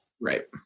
Right